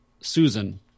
Susan